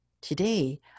today